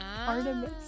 Artemis